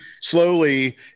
slowly